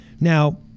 Now